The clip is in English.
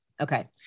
Okay